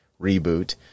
reboot